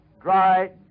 dry